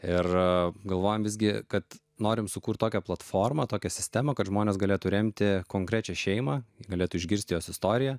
ir galvojame visgi kad norime sukurti tokią platformą tokią sistemą kad žmonės galėtų remti konkrečią šeimą galėtų išgirsti jos istoriją